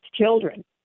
children